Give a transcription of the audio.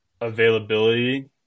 availability